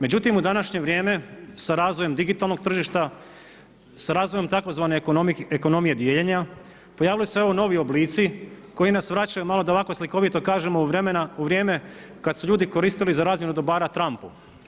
Međutim, u današnje vrijeme, sa razvojem digitalnog tržišta, sa razvojem tzv. ekonomije dijeljenja pojavili su se novi oblici koji nas vraćaju malo, da ovako slikovito kažemo, u vrijeme kad su ljudi koristili za razmjenu dobara trampu.